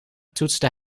toetste